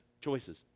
choices